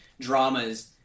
dramas